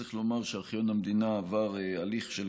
צריך לומר שארכיון המדינה עבר הליך של